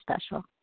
special